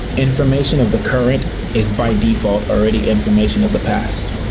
information of the current is by default already information of the past.